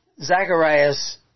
Zacharias